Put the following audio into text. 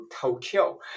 Tokyo